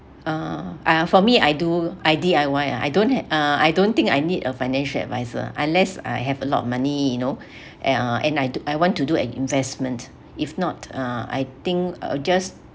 uh for me I do I D_I_Y ah I don't uh I don't think I need a financial adviser unless I have a lot of money you know and uh and I I want to do an investment if not uh I think I'll just